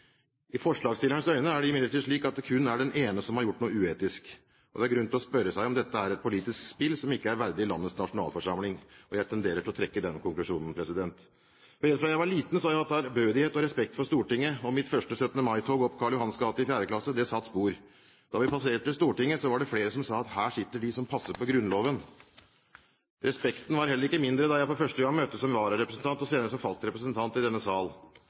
I forslagsstillernes øyne er det imidlertid slik at det kun er den ene som har gjort noe uetisk. Det er grunn til å spørre seg om dette er et politisk spill som ikke er verdig landets nasjonalforsamling. Jeg tenderer til å trekke den konklusjonen. Helt fra jeg var liten, har jeg hatt ærbødighet og respekt for Stortinget. Mitt første 17. mai-tog opp Karl Johans gate i fjerde klasse satte spor. Da vi passerte Stortinget, var det flere som sa at her sitter de som passer på Grunnloven. Respekten var heller ikke mindre da jeg for første gang møtte som vararepresentant og senere som fast representant i denne sal.